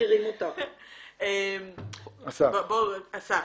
במקום אחד ראיתי 39. באוקטובר 43. אז בכלל.